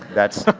that's,